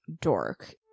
dork